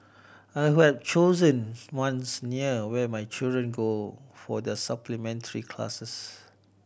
I would have chosen ones near where my children go for their supplementary classes